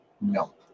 No